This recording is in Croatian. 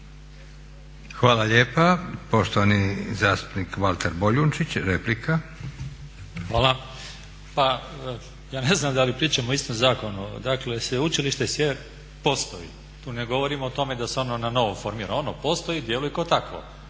Hvala lijepa. Poštovani zastupnik Valter Boljunčić, replika. **Boljunčić, Valter (IDS)** Hvala. Pa ja ne znam da li pričamo o istom zakonu, dakle Sveučilište Sjever postoji, tu ne govorimo o tome da se ono na novo formira. Ono postoji i djeluje kao takvo,